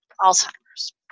Alzheimer's